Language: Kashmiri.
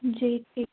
جی